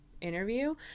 interview